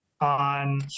on